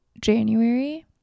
January